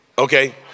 Okay